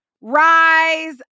rise